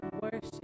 worship